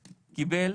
קיבל,